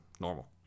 normal